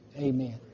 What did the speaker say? amen